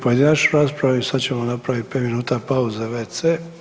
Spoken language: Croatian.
pojedinačnu raspravu i sad ćemo napraviti pet minuta pauze za wc.